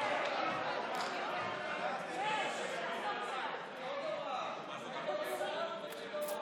הודעת הממשלה על ביטול משרד